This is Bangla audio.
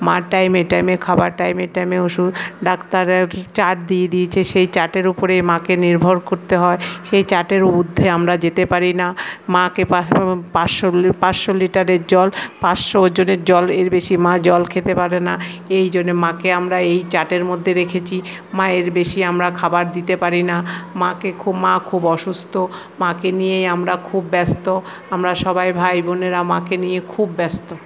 মার টাইমে টাইমে খাবার টাইমে টাইমে ওষুধ ডাক্তার আর কি চার্ট দিয়ে দিয়েছে সেই চার্টের উপরেই মাকে নির্ভর করতে হয় সেই চার্টের উর্ধ্বে আমরা যেতে পারি না মাকে পাঁচশো লিটারের জল পাঁচশো ওজনের জলের বেশি মা জল খেতে পারে না এই জন্যে মাকে আমরা এই চার্টের মধ্যে রেখেছি মা এর বেশি আমরা খাবার দিতে পারি না মাকে মা খুব অসুস্থ মাকে নিয়েই আমরা খুব ব্যস্ত আমরা সবাই ভাই বোনেরা মাকে নিয়ে খুব ব্যস্ত